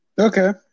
Okay